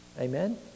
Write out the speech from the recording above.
amen